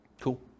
Cool